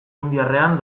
indiarrean